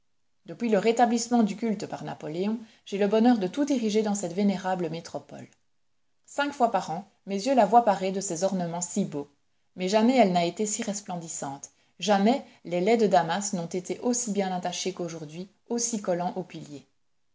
depuis le rétablissement du culte par napoléon j'ai le bonheur de tout diriger dans cette vénérable métropole cinq fois par an mes yeux la voient parée de ces ornements si beaux mais jamais elle n'a été si resplendissante jamais les lais de damas n'ont été aussi bien attachés qu'aujourd'hui aussi collants aux piliers